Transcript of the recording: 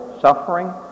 suffering